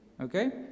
Okay